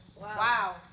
Wow